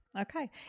Okay